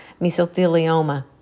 mesothelioma